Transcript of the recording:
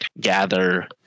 gather